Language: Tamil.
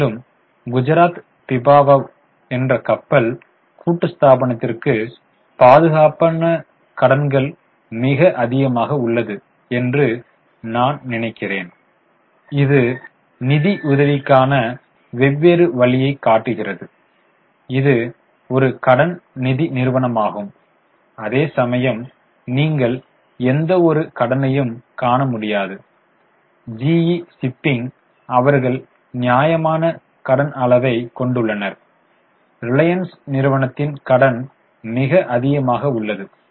மேலும் குஜராத் பிபாவவ் என்ற கப்பல் கூட்டுத்தாபனத்திற்கு பாதுகாப்பான கடன்கள் மிக அதிகமாக உள்ளது என்று நான் நினைக்கிறேன் இது நிதியுதவிக்கான வெவ்வேறு வழியைக் காட்டுகிறது இது ஒரு கடன் நிதி நிறுவனமாகும் அதேசமயம் நீங்கள் எந்தவொரு கடனையும் காண முடியாது GE ஷிப்பிங்க்கு அவர்கள் நியாயமான கடன் அளவை கொண்டுள்ளனர் ரிலையன்ஸ் நிறுவனத்தின் கடன் மிக அதிகமாக உள்ளது